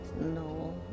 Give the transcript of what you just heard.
No